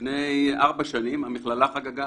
לפני ארבע שנים המכללה חגגה